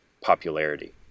popularity